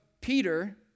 Peter